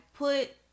put